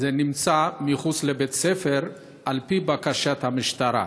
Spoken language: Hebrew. נמצא מחוץ לבית הספר על פי בקשת המשטרה,